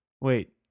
Wait